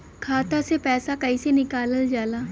खाता से पैसा कइसे निकालल जाला?